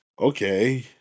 okay